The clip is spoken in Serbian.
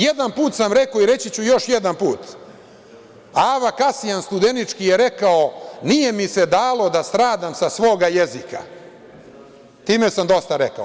Jedan put sam rekao i reći ću još jedan put Ava Kasijans Studenički je rekao – nije mi se dalo da stradam sa svoga jezika, time sam dosta rekao.